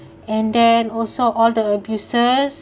and then also all the abuses